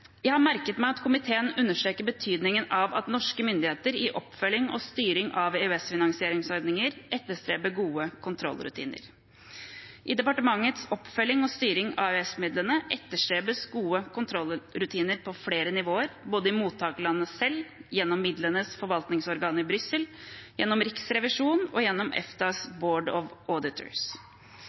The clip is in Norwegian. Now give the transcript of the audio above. Jeg har merket meg at komiteen understreker betydningen av at norske myndigheter i oppfølging og styring av EØS-finansieringsordninger etterstreber gode kontrollrutiner. I departementets oppfølging og styring av EØS-midlene etterstrebes gode kontrollrutiner på flere nivåer, både i mottakerlandene selv, gjennom midlenes forvaltningsorgan i Brussel, gjennom Riksrevisjonen og gjennom EFTAs Board of